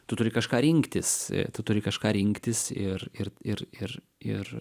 tu turi kažką rinktis tu turi kažką rinktis ir ir ir ir ir